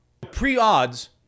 Pre-odds